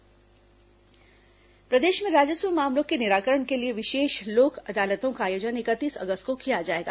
राजस्व लोक अदालत प्रदेश में राजस्व मामलों के निराकरण के लिए विशेष लोक अदालतों का आयोजन इकतीस अगस्त को किया जाएगा